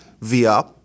via